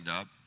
up